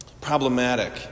problematic